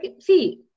See